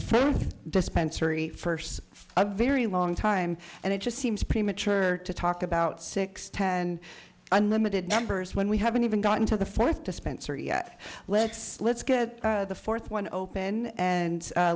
food dispensary first a very long time and it just seems premature to talk about six ten unlimited numbers when we haven't even gotten to the fourth dispensary yet let's let's get the fourth one open and